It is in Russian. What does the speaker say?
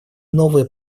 новые